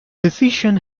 decision